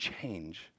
change